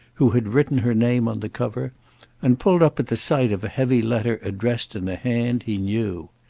who had written her name on the cover and pulled up at the sight of a heavy letter addressed in a hand he knew.